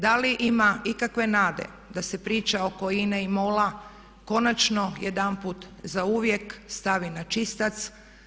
Da li ima ikakve nade da se priča oko INA-e i MOL-a konačno jedanput zauvijek stavi načistac?